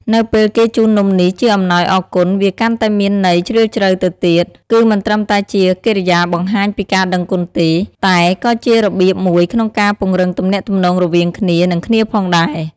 នៅពេលគេជូននំនេះជាអំណោយអរគុណ វាកាន់តែមានន័យជ្រាលជ្រៅទៅទៀត គឺមិនត្រឹមតែជាកិរិយាបង្ហាញពីការដឹងគុណទេ តែក៏ជារបៀបមួយក្នុងការពង្រឹងទំនាក់ទំនងរវាងគ្នា និងគ្នាផងដែរ